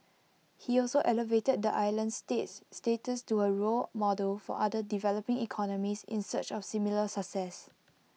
he also elevated the island state's status to A role model for other developing economies in search of similar success